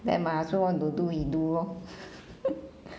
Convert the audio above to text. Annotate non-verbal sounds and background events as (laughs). then my husband want to do he do lor (laughs)